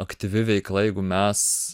aktyvi veikla jeigu mes